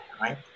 right